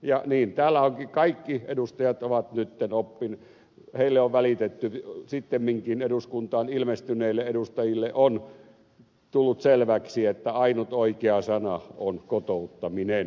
ja niin täällä kaikille edustajille nyt on välitetty sittemminkin eduskuntaan ilmestyneille edustajille on tullut selväksi että ainut oikea sana on kotouttaminen